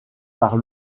par